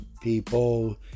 people